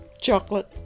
Chocolate